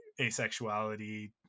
asexuality